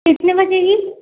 कितने बजे की